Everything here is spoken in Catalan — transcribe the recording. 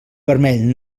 vermell